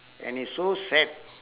and it's so sad